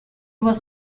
was